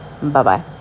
Bye-bye